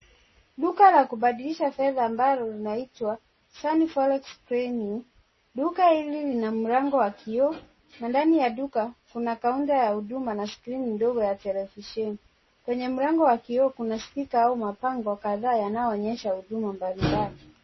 Duka la kupadilisha fedha ambalo linaitwa sunny fores bureau ,duka hili lina mlango wa kioo na ndani ya duka kuna kaunta ya huduma na skirini kidogo ya televisheni kwenye mlango wa kioo kuna stika au mabango kadhaa inayoonyesha huduma mbali mbali.